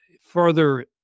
further